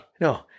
No